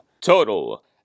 total